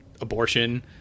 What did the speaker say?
abortion